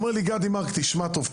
אמר לי גדי מארק: תשמע טוב,